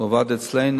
הוא עבד אצלנו,